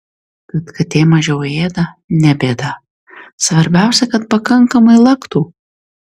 kad katė mažiau ėda ne bėda svarbiausia kad pakankamai laktų